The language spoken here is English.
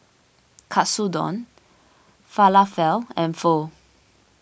Katsudon Falafel and Pho